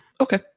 Okay